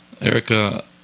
Erica